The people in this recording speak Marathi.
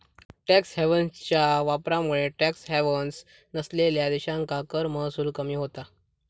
टॅक्स हेव्हन्सच्या वापरामुळे टॅक्स हेव्हन्स नसलेल्यो देशांका कर महसूल कमी होता